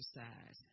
exercise